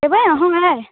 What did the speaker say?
एबै अहाँ आइ